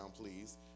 please